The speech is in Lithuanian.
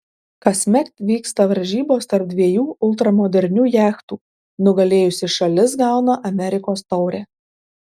kasmet vyksta varžybos tarp dviejų ultramodernių jachtų nugalėjusi šalis gauna amerikos taurę